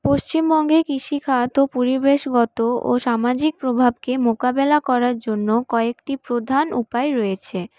পশ্চিমবঙ্গে কৃষিখাত পরিবেশগত ও সামাজিক প্রভাবকে মোকাবেলা করার জন্য কয়েকটি প্রধান উপায় রয়েছে